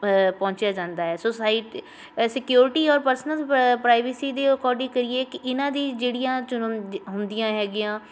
ਪਹੁੰਚਿਆ ਜਾਂਦਾ ਹੈ ਸੋਸਾਈ ਸਕਿਉਰਟੀ ਔਰ ਪਰਸਨਲ ਪ ਪ੍ਰਾਈਵੇਸੀ ਦੇ ਅਕੋਡਿੰਗ ਕਰੀਏ ਕਿ ਇਹਨਾਂ ਦੀ ਜਿਹੜੀਆਂ ਚੁਣਨ ਹੁੰਦੀਆਂ ਹੈਗੀਆਂ